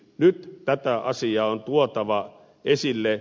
nyt tätä asiaa on tuotava esille